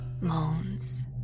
Moans